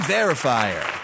Verifier